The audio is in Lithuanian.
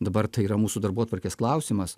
dabar tai yra mūsų darbotvarkės klausimas